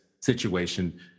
situation